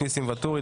ניסים ואטורי,